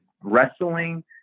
Wrestling